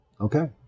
Okay